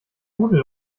rudel